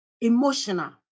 emotional